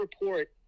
report